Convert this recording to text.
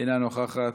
אינה נוכחת,